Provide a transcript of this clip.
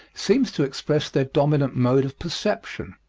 seems to express their dominant mode of perception.